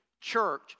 church